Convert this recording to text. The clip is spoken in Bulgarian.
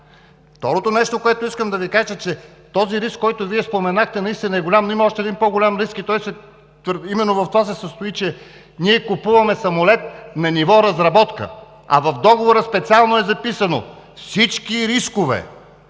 Второто нещо, което искам да Ви кажа, е, че този риск, който Вие споменахте, наистина е голям, но има още един по-голям риск и той именно в това се състои, че ние купуваме самолет на ниво разработка, а в договора специално е записано: „Всички рискове,